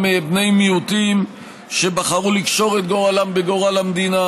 בני מיעוטים שבחרו לקשור את גורלם בגורל המדינה,